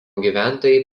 gyventojai